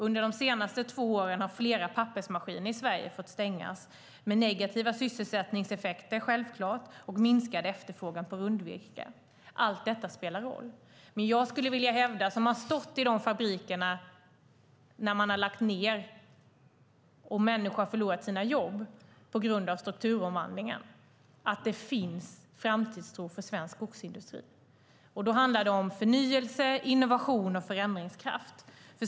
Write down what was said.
Under de senaste två åren har flera pappersmaskiner i Sverige fått stängas, med negativa sysselsättningseffekter och minskad efterfrågan på rundvirke till följd. Allt detta spelar roll. Men jag som har stått i fabrikerna när man har lagt ned och människor har förlorat sina jobb på grund av strukturomvandlingen hävdar att det finns framtidstro för svensk skogsindustri. Det handlar om förnyelse, innovation och förändringskraft.